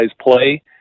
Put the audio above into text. play